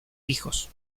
hijos